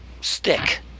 stick